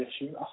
issue